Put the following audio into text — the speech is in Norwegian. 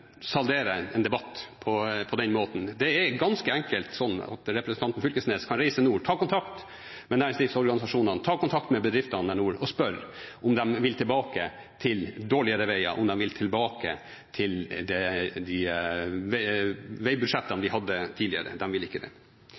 saldere en debatt på den måten. Det er ganske enkelt sånn at representanten Knag Fylkesnes kan reise nordover, kan ta kontakt med næringslivsorganisasjonene, ta kontakt med bedriftene der nord og spørre om de vil tilbake til dårligere veier, om de vil tilbake til de veibudsjettene de hadde tidligere. De vil ikke det.